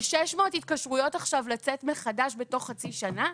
של 600 התקשרויות עכשיו לצאת מחדש בתוך חצי שנה?